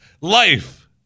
life